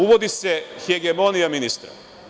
Uvodi se hegemonija ministra.